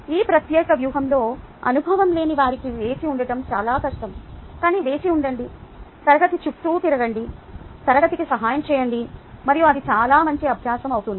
ఈ ప్రత్యేక వ్యూహంలో అనుభవం లేనివారికి వేచి ఉండటం చాలా కష్టం కానీ వేచి ఉండండి తరగతి చుట్టూ తిరగండి తరగతికి సహాయం చేయండి మరియు అది చాలా మంచి అభ్యాసం అవుతుంది